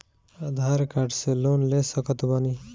आधार card से loan ले सकत बणी?